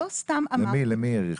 לא סתם אמרתי --- למי האריכו?